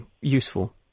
useful